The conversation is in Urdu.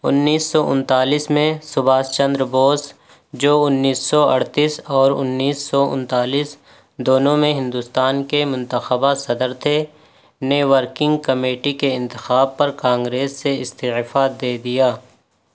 انیس سو انتالیس میں سبھاش چندر بوس جو انیس سو اڑتیس اور انیس سو انتالیس دونوں میں ہندوستان کے منتخبہ صدر تھے نے ورکنگ کمیٹی کے انتخاب پر کانگریس سے استعفیٰ دے دیا